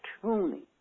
tuning